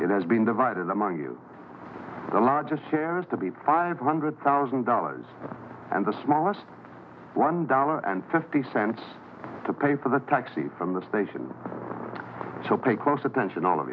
been divided among you the largest shares to be five hundred thousand dollars and the smallest one dollar and fifty cents to pay for the taxi from the station so pay close attention all of